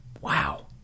Wow